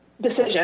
decision